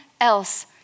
else